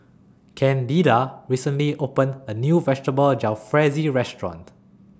Candida recently opened A New Vegetable Jalfrezi Restaurant